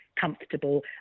comfortable